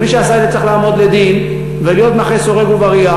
ומי שעשה את זה צריך לעמוד לדין ולהיות מאחורי סורג ובריח,